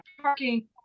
parking